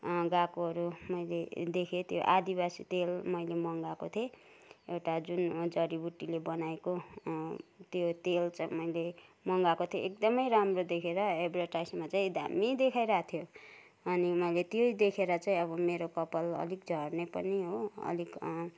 गएकोहरू मैले देखेँ त्यो आदिवासी तेल मैले मगाएको थिएँ एउटा जुन जडीबुटीले बनाएको त्यो तेल चाहिँ मैले मगाएको थिएँ एकदमै राम्रो देखेर एड्भर्टाइजमा चाहिँ दामी देखाइ रहेको थियो अनि मैले त्यो देखेर चाहिँ अब मेरो कपल अलिक झर्ने पनि हो अलिक